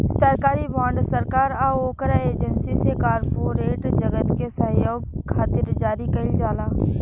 सरकारी बॉन्ड सरकार आ ओकरा एजेंसी से कॉरपोरेट जगत के सहयोग खातिर जारी कईल जाला